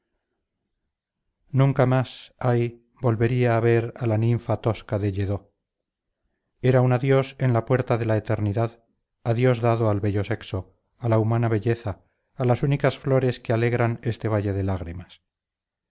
nunca más ay volvería a ver a la ninfa tosca de lledó era un adiós en la puerta de la eternidad adiós dado al bello sexo a la humana belleza a las únicas flores que alegran este valle de lágrimas